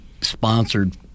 sponsored